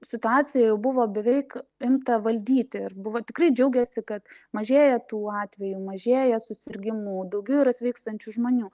situaciją jau buvo beveik imta valdyti ir buvo tikrai džiaugėsi kad mažėja tų atvejų mažėja susirgimų daugiau ir atvykstančių žmonių